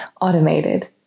automated